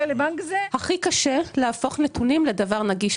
הכי קשה להפוך נתונים לדבר נגיש.